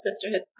Sisterhood